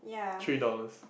three dollars